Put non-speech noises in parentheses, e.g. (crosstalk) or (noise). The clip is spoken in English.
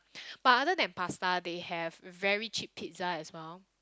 (breath) but other than pasta they have really cheap pizza as well